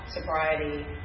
sobriety